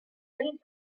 and